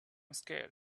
scared